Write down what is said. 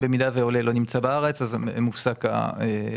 במידה והעולה לא נמצא בארץ אז מופסק התשלום.